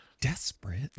desperate